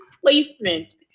placement